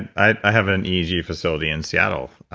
i have an eeg facility in seattle.